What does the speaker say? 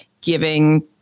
giving